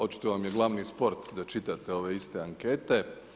Očito vam je glavni sport da čitate ove iste ankete.